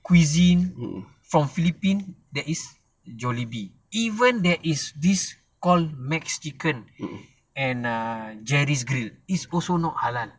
cuisine from philippine there is jollibee even there is this called mexican and err gerry's grill is also not halal